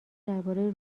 درباره